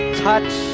touch